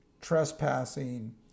trespassing